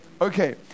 Okay